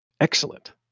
excellent